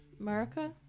America